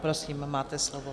Prosím, máte slovo.